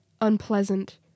unpleasant